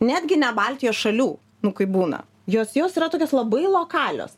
netgi ne baltijos šalių nu kaip būna jos jos yra tokios labai lokalios